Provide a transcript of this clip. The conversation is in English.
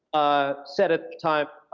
ah said at the time,